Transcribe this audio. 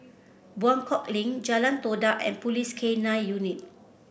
Buangkok Link Jalan Todak and Police K Nine Unit